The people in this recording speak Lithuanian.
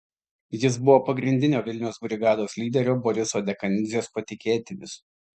jis buvo pagrindinio vilniaus brigados lyderio boriso dekanidzės patikėtinis